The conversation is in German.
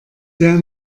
sehr